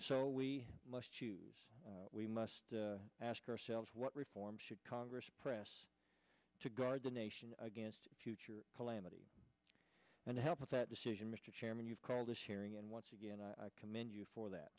so we must choose we must ask ourselves what reforms should congress press to guard the nation against future calamity and to help with that decision mr chairman you've called this hearing and once again i commend you for that